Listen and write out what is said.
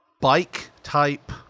bike-type